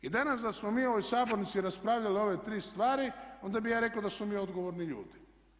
I danas da smo mi u ovoj sabornici raspravljali ove tri stvari onda bi ja rekao da smo mi odgovorni ljudi.